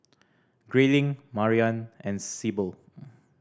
Grayling Mariann and Sibyl